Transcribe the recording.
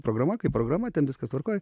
programa kaip programa ten viskas tvarkoj